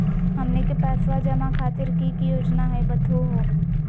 हमनी के पैसवा जमा खातीर की की योजना हई बतहु हो?